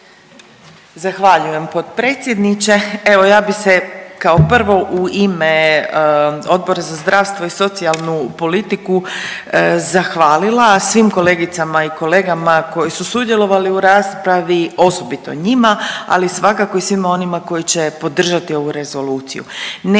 Zahvaljujem potpredsjedniče. Evo ja bi se kao prvo u ime Odbora za zdravstvo i socijalnu politiku zahvalila svim kolegicama i kolegama koji su sudjelovali u raspravi, osobito njima, ali svakako i svima onima koji će podržati ovu Rezoluciju.